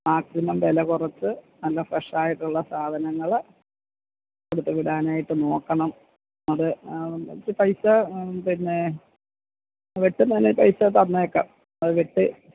maximum വില കുറച്ച് നല്ല ഫ്രഷായിട്ടുള്ള സാധനങ്ങള് കൊട്ത്ത് വിടാനായിട്ട് നോക്കണം അത് ഇച്ചെ പൈസ പിന്നേ വെട്ടുന്നതിന് പൈസ തന്നേക്കാം അത് വെട്ടി